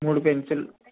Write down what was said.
మూడు పెన్సిల్